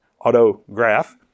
autograph